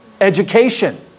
Education